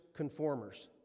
conformers